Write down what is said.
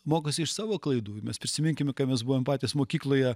mokosi iš savo klaidų mes prisiminkime kai mes buvom patys mokykloje